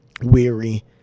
weary